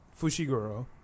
Fushiguro